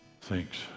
Thanks